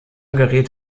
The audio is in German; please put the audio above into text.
geriet